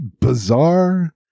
bizarre